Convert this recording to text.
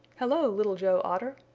hello, little joe otter,